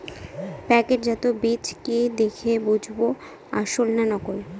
প্যাকেটজাত বীজ কি দেখে বুঝব আসল না নকল?